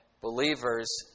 believers